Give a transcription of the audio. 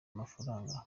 mafaranga